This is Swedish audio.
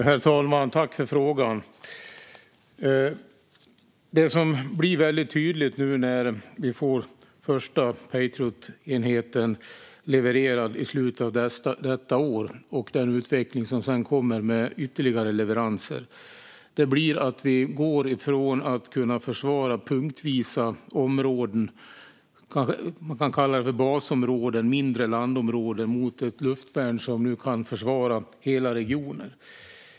Herr talman! Tack för frågan! Det som blir väldigt tydligt nu när vi får första Patriotenheten levererad i slutet av detta år och med den utveckling som sedan kommer med ytterligare leveranser är att vi går från att kunna försvara punktvisa områden - man kan kalla det för basområden, mindre landområden - mot att ha ett luftvärn som nu kan försvara hela regioner.